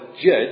judge